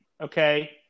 okay